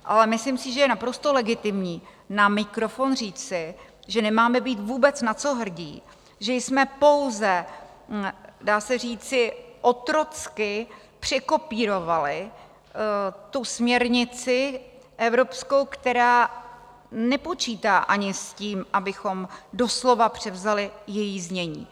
Ale myslím si, že je naprosto legitimní na mikrofon říci, že nemáme být vůbec na co hrdí, že jsme pouze, dá se říci, otrocky překopírovali směrnici evropskou, která nepočítá ani s tím, abychom doslova převzali její znění.